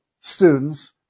students